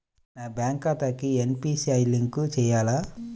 నా బ్యాంక్ ఖాతాకి NPCI link చేయాలా?